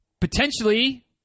Potentially